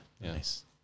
Nice